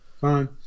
Fine